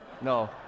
No